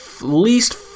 least